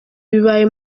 bibaye